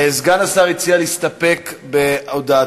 סגן השר הציע להסתפק בהודעתו.